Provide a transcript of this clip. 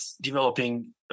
developing